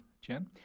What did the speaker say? Jen